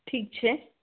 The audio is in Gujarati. ઠીક છે